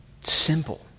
simple